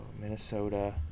Minnesota